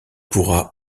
pourra